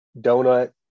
donut